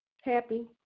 Happy